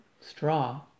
straw